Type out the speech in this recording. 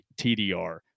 TDR